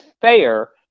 fair